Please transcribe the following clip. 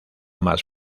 más